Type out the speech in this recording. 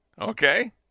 Okay